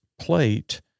plate